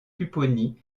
pupponi